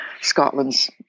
Scotland's